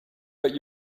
but